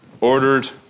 ordered